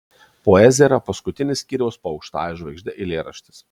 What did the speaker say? poezija yra paskutinis skyriaus po aukštąja žvaigžde eilėraštis